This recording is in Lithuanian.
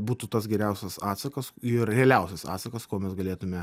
būtų tas geriausias atsakas ir realiausias atsakas kuo mes galėtume